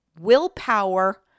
willpower